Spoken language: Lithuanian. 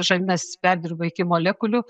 žarnynas perdirba iki molekulių